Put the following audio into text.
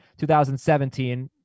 2017